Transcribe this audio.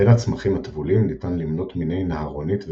בין הצמחים הטבולים ניתן למנות מיני נהרונית וקרנן,